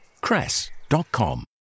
cress.com